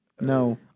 no